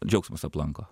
džiaugsmas aplanko